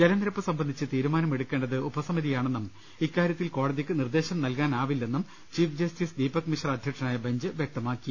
ജലനിരപ്പ് സംബന്ധിച്ച് തീരുമാനം എടുക്കേണ്ടത് ഉപസമിതിയാണെന്നും ഇക്കാര്യത്തിൽ കോടതിക്ക് നിർദ്ദേശം നൽകാനാവില്ലെന്നും ചീഫ് ജസ്റ്റിസ് ദീപക് മിശ്ര അധ്യക്ഷനായ ബഞ്ച് വൃക്തമാക്കി